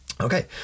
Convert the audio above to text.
Okay